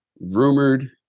rumored